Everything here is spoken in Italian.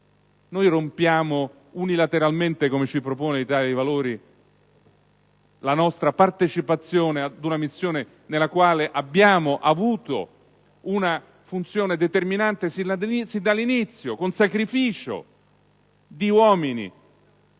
Cancelliamo unilateralmente, come ci propone l'Italia dei Valori, la nostra partecipazione ad una missione nella quale abbiamo avuto una funzione determinante fin dall'inizio, con sacrificio di uomini